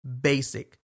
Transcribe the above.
basic